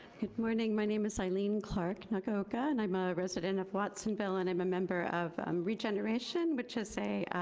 good morning my name is aileen clark nakaoka, and i'm a resident of watsonville, and i'm a member of um regeneration, which is a